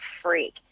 freak